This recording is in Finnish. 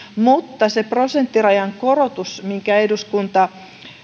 mutta se prosenttirajan korotus minkä eduskunta